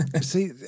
See